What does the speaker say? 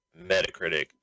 Metacritic